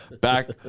back